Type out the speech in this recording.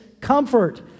comfort